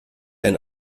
ein